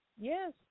Yes